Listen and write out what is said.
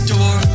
door